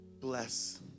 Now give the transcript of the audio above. bless